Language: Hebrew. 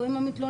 לא עם המתלוננת,